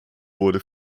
wurde